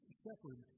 shepherd